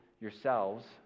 yourselves